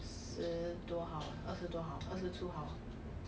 ya I wanted to jio some of my touch rugby friends go F Y five mah